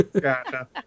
Gotcha